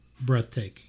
breathtaking